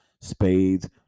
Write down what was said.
spades